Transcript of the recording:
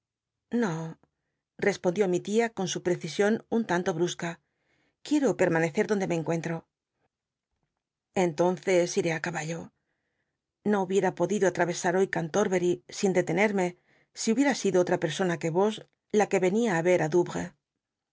no respondió q i tia con su precision un tanto brusca quiero permanecer donde me encuentro entonces iré á caballo no hubiera podido atravesar hoy cantorbery sin detenerme si hubiera sido otra persona que vos la que venia tí ver